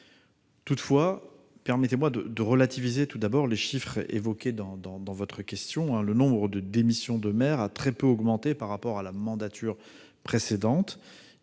Toutefois, permettez-moi de relativiser les chiffres évoqués dans votre question. Le nombre de démissions de maires a très peu augmenté par rapport à la mandature précédente.